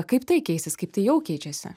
kaip tai keisis kaip tai jau keičiasi